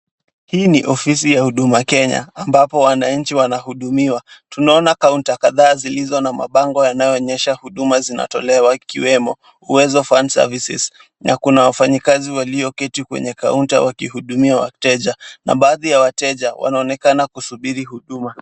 Hii ni ofisi ya huduma kenya ambapo wananchi wanahudumiwa. Tunaona kaunta kadha zilizo na mabango yanayoonyesha huduma zinazotolewa ikiwemo uwzo fund services na kuna wafanyikazi walioketi kwenye kaunta wakihudumia wateja na baadhi ya wateja wanaonekana wakisubiri huduma.